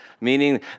Meaning